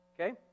okay